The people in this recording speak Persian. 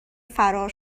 فرار